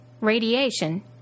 radiation